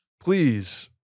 please